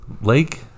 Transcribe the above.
Lake